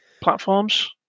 platforms